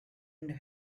and